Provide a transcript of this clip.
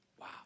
wow